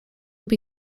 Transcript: will